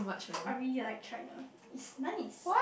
I really like China it's nice